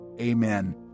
Amen